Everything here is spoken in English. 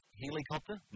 helicopter